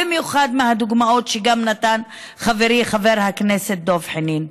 במיוחד מהדוגמאות שנתן חברי חבר הכנסת דב חנין.